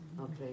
Okay